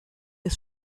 ist